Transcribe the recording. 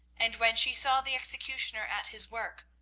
and when she saw the executioner at his work,